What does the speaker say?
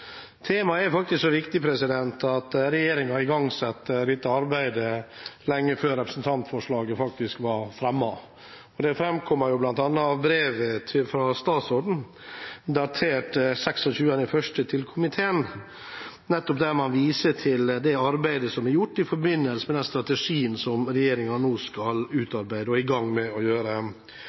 Temaet er så viktig at regjeringen igangsatte dette arbeidet lenge før representantforslaget var fremmet. Det framkommer bl.a. av brevet fra statsråden til komiteen, datert 26. januar, der han viser til arbeidet som er gjort i forbindelse med den strategien som regjeringen nå er i gang med å